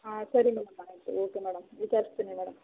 ಹಾಂ ಸರಿ ಮೇಡಮ್ ಆಯಿತು ಓಕೆ ಮೇಡಮ್ ವಿಚಾರಿಸ್ತೀನಿ ಮೇಡಮ್